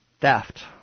theft